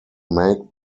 make